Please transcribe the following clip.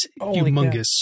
humongous